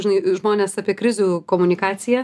žinai žmonės apie krizių komunikaciją